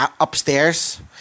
upstairs